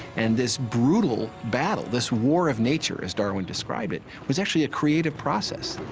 and this brutal battle, this war of nature as darwin described it, was actually a creative process.